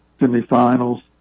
semifinals